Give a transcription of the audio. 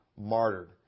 martyred